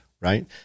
right